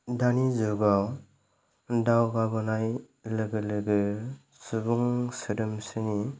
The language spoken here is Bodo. दानि जुगाव दावगाबोनाय लोगो लोगो सुबुं सोदोमस्रिनि